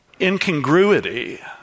incongruity